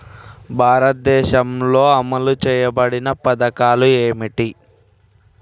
భారతదేశంలో అమలు చేయబడిన పథకాలు ఏమిటి?